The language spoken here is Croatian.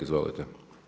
Izvolite.